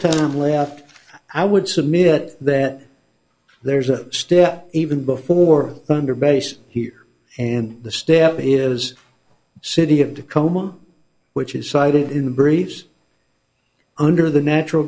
time left i would submit that there's a step even before under brace here and the step is city of tacoma which is cited in briefs under the natural